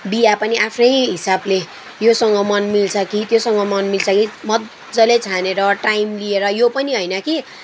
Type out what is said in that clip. बिहा पनि आफ्नै हिसाबले योसँग मन मिल्छ कि त्योसँग मन मिल्छ कि मज्जाले छानेर टाइम लिएर यो पनि होइन कि